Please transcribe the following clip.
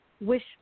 wish